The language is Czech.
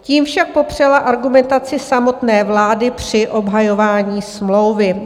Tím však popřela argumentaci samotné vlády při obhajování smlouvy.